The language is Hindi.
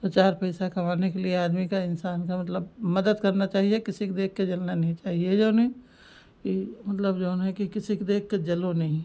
दो चार पैसा कमाने के लिए आदमी का इंसान का मतलब मदद करना चाहिए किसी को देखकर जलना नहीं चाहिए जऊन है ई मतलब जऊन है कि किसी को देखकर जलो नहीं